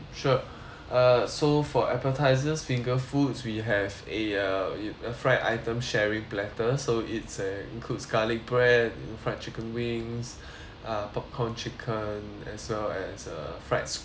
uh so for appetisers finger foods we have a a a fried items sharing platter so it's uh includes garlic bread fried chicken wings uh popcorn chicken as well as uh fried squid